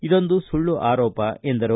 ಇದೊಂದು ಸುಳ್ಳು ಆರೋಪ ಎಂದರು